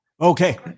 Okay